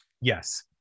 yes